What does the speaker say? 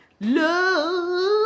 Love